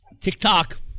TikTok